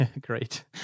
Great